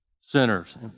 sinners